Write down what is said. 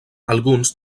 alguns